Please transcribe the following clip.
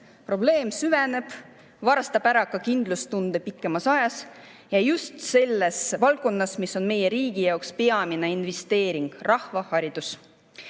Probleem süveneb, varastab ära ka kindlustunde pikemas ajas ja just selles valdkonnas, mis on meie riigi jaoks peamine investeering – rahva haridus.